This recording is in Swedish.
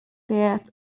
det